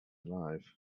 alive